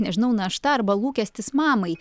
nežinau našta arba lūkestis mamai